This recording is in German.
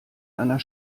einer